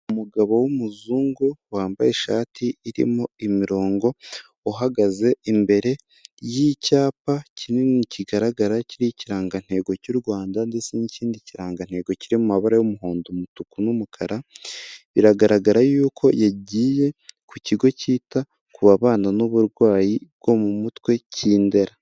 Umugabo w'umuzungu wambaye ishati irimo imirongo, uhagaze imbere y'icyapa kinini kigaragara kiriho ikirangantego cy'u Rwanda ndetse n'ikindi kirangantego kiri mu amabara y'umuhondo, umutuku n'umukara. Biragaragara y'uko yagiye ku kigo cyita ku babana n'uburwayi bwo mu mutwe k'Indera.